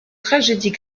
tragédies